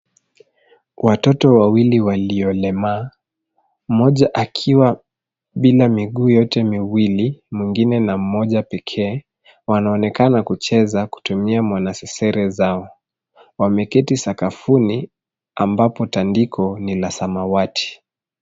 Watoto wawili waliolemaa. Mmoja akiwa bila miguu yote miwili, mwingine na mmoja pekee. Wanaonekana kucheza kutumia mwanasesere zao, wameketi sakafuni ambapo tandiko ni la samawati.